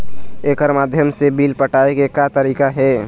एकर माध्यम से बिल पटाए के का का तरीका हे?